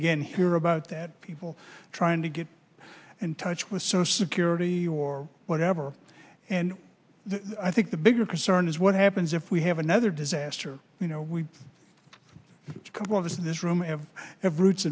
again hear about that people trying to get in touch with sort of security or whatever and i think the bigger concern is what happens if we have another disaster you know we couple of us in this room have